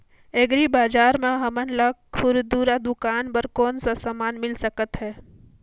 Agri बजार म हमन ला खुरदुरा दुकान बर कौन का समान मिल सकत हे?